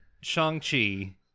Shang-Chi